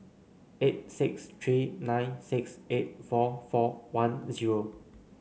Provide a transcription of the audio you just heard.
eight six three nine six eight four four one zero